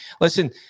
listen